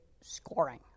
scoring